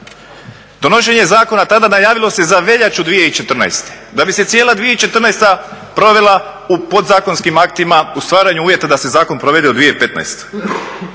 Donošenje zakona tada se najavilo za veljaču 2014., da bi se cijela 2014. provela u podzakonskim aktima, u stvaranju uvjeta da se zakon provede u 2015.